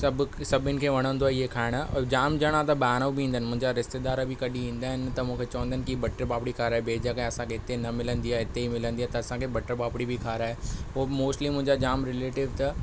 सभु सभिनी खे वणंदो आहे इहो खाइणु जामु ॼणा त ॿाहिरां बि ईंदा आहिनि मुंहिंजा रिश्तेदार बि कॾहिं ईंदा आहिनि त मूंखे चंवंदा आहिनि कि बटर पापड़ी खाराए ॿिए जॻहि असां खे इते न मिलंदी आहे इते ई मिलंदी आहे त असां खे बटर पापड़ी बि खाराए पो मोस्टली मुंहिंजा जामु रिलेटिव त